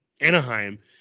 Anaheim